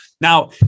Now